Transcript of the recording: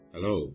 Hello